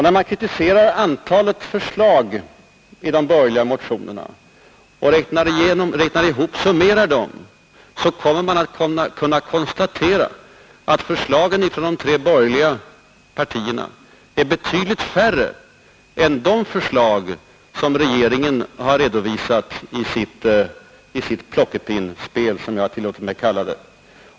När man kritiserar antalet förslag i de borgerliga motionerna och summerar dem, kommer man att kunna konstatera att förslagen från de tre borgerliga partierna är betydligt färre än de förslag som regeringen har redovisat i sitt plockepinnspel, som jag tillåtit mig att kalla det.